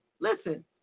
Listen